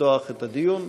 לפתוח את הדיון.